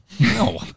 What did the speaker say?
No